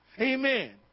Amen